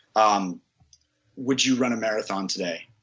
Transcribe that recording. um would you run a marathon today?